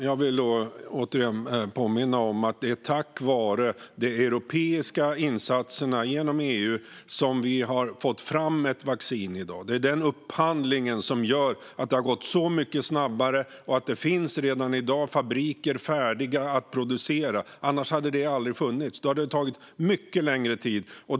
Fru talman! Jag vill återigen påminna om att det är tack vare de europeiska insatserna, genom EU, som vi har fått fram ett vaccin i dag. Det är den upphandlingen som gör att det har gått så mycket snabbare och att det redan i dag finns fabriker som är redo att producera. Annars hade det inte funnits, och då hade detta tagit mycket längre tid.